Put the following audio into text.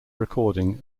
recording